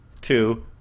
Two